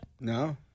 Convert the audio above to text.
No